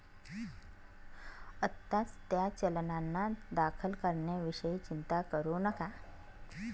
आत्ताच त्या चलनांना दाखल करण्याविषयी चिंता करू नका